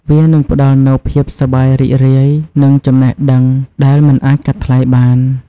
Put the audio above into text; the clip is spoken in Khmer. វានឹងផ្តល់នូវភាពសប្បាយរីករាយនិងចំណេះដឹងដែលមិនអាចកាត់ថ្លៃបាន។